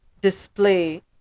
display